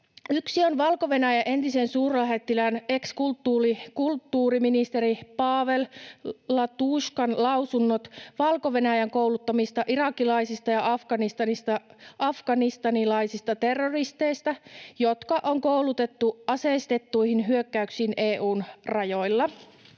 Yksi on Valko-Venäjän entisen suurlähettilään, ex-kulttuuriministeri Pavel Latuškan lausunnot Valko-Venäjän kouluttamista irakilaisista ja afganistanilaisista terroristeista, jotka on koulutettu aseistettuihin hyökkäyksiin EU:n rajoilla.